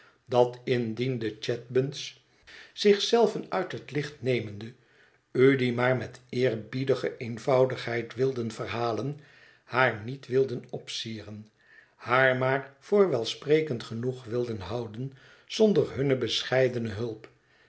dat indien de chadband s zich zelven uit het licht nemende u die maar met eerbiedige eenvoudigheid wilden verhalen haar niet wilden opsieren haar maar voor welsprekend genoeg wilden houden zonder hunne bescheidene hulp